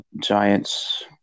Giants